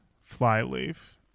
Flyleaf